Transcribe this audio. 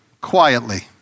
quietly